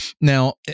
Now